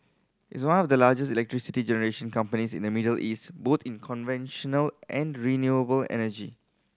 it's one of the largest electricity generation companies in the Middle East both in conventional and renewable energy